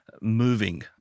moving